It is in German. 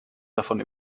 davon